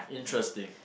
interesting